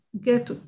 get